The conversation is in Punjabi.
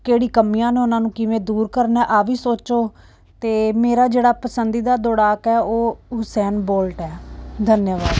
ਕਿਹੜੀ ਕਮੀਆਂ ਨੇ ਉਨ੍ਹਾਂ ਨੂੰ ਕਿਵੇਂ ਦੂਰ ਕਰਨਾ ਆਹ ਵੀ ਸੋਚੋ ਅਤੇ ਮੇਰਾ ਜਿਹੜਾ ਪਸੰਦੀਦਾ ਦੌੜਾਕ ਹੈ ਉਹ ਉਸੈਨ ਬੋਲਟ ਹੈ ਧੰਨਿਆਵਾਦ